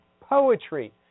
Poetry